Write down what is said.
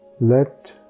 Let